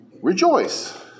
Rejoice